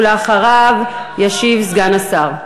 ואחריו ישיב סגן השר.